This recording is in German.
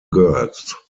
girls